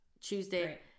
Tuesday